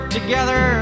together